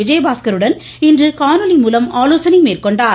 விஜயபாஸ்கருடன் இன்று காணொலி மூலம் ஆலோசனை மேற்கொண்டார்